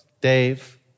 Dave